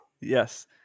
yes